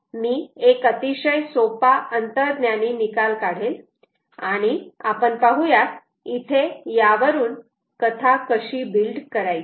मी एक अतिशय सोपा अंतर्ज्ञानी निकाल काढेल आणि आपण पाहूयात इथे यावरून कथा कशी बिल्ड करायची